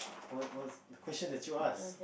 what's what's the question that you ask